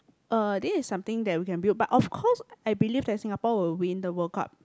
uh this is something that we can build but of course I believe that Singapore will win the World Cup